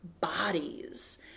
bodies